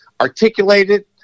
articulated